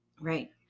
Right